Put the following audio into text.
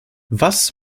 was